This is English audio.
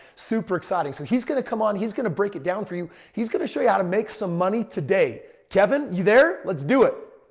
super exciting. so he's going to come on, he's going to break it down for you. he's going to show you how to make some money today. kevin, you there? let's do it.